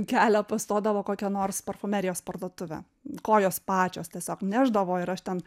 kelią pastodavo kokia nors parfumerijos parduotuvė kojos pačios tiesiog nešdavo ir aš ten